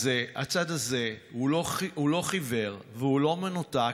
אז הצד הזה הוא לא חיוור והוא לא מנותק,